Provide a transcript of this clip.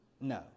No